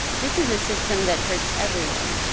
this is a system that hurts everyone.